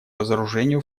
разоружению